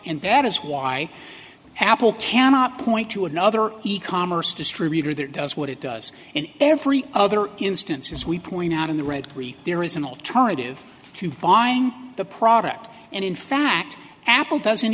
and that is why apple cannot point to another e commerce distributor that does what it does in every other instance as we point out in the red green there is an alternative to finding the product and in fact apple doesn't